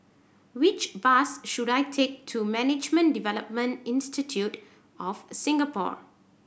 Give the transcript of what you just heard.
which bus should I take to Management Development Institute of Singapore